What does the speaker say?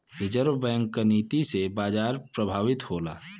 reserve bank क नीति से बाजार प्रभावित होला